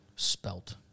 spelt